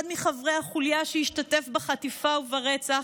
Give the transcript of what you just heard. אחד מחברי החוליה שהשתתף בחטיפה וברצח,